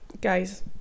Guys